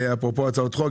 אפרופו הצעות חוק,